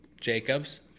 Jacobs